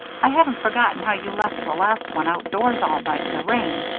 i haven't forgotten how you left the last one outdoors all night in the rain,